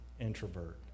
introvert